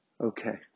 Okay